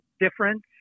difference